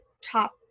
top